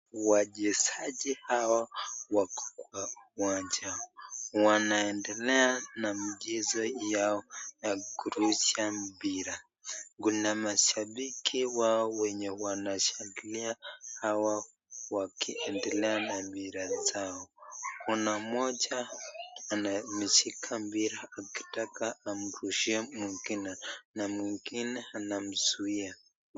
Wachezaji hawa wako kwa uwanja wanaendelea na mchezo yao ya kurusha mpira kuna mashabiki wao wenye wanashangalia hawa wakiendelea na mila zao kuna mmoja anayemshika mpira akitaka amrushie mwingine na mwingine anamzuia.